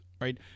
right